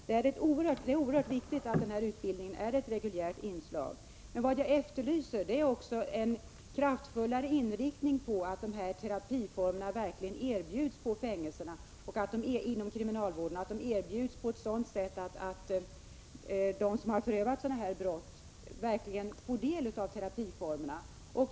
Det är oerhört viktigt att utbildning av detta slag är reguljära inslag. Vad jag efterlyser är vidare en kraftfullare inriktning på att terapi verkligen skall erbjudas på fängelserna och inom kriminalvården, och erbjudas på ett sådant sätt att de som har förövat sexuella övergrepp verkligen får del av terapin.